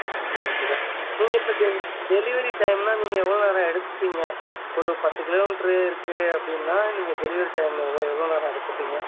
okay sir okay sir நீங்கள் இப்போ டெ டெலிவரி டைம்னால் நீங்கள் எவ்வளோ நேரம் எடுத்துப்பீங்க ஒரு பத்து கிலோமீட்ரு இருக்குது அப்படின்னா நீங்கள் டெலிவரி டைமு எவ்வளோ எவ்வளோ நேரம் எடுத்துப்பீங்க